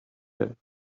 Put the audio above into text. himself